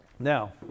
now